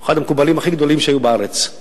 אחד המקובלים הכי גדולים שהיו בארץ.